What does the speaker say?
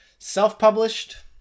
self-published